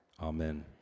Amen